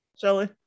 Shelly